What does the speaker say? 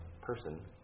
person